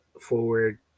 forward